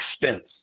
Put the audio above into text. expense